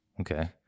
okay